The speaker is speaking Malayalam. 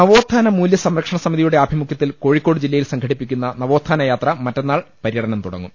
നവോത്ഥാന മൂല്യ സംരക്ഷണ സമിതിയുടെ ആഭിമുഖ്യത്തിൽ കോഴിക്കോട് ജില്ലയിൽ സംഘടിപ്പിക്കുന്ന നവോത്ഥാന യാത്ര മറ്റന്നാൾ പര്യടനം തുടങ്ങും